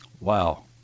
Wow